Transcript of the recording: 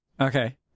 Okay